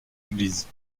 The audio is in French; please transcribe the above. église